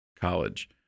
college